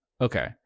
okay